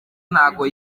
ntago